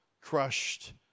crushed